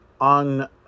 on